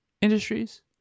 industries